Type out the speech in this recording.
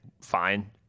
fine